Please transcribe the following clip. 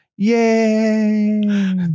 Yay